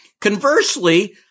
Conversely